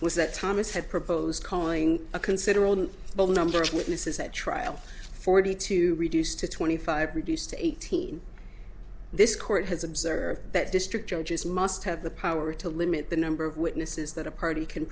was that thomas had proposed calling a considerable well number of witnesses at trial forty two reduced to twenty five reduced to eighteen this court has observed that district judges must have the power to limit the number of witnesses that a party can